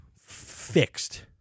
fixed